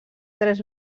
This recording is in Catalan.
tres